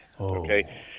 Okay